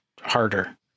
harder